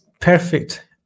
perfect